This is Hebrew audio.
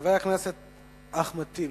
חבר הכנסת אחמד טיבי,